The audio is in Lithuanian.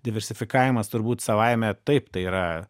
diversifikavimas turbūt savaime taip tai yra